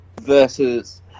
versus